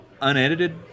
unedited